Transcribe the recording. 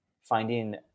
finding